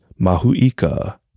Mahuika